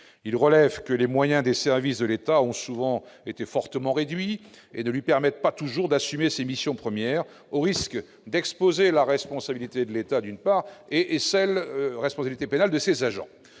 relève que les moyens des services de l'État ont souvent été fortement réduits et ne leur permettent pas toujours d'assumer leurs missions premières, au risque d'exposer la responsabilité de l'État, ainsi que celle de ses agents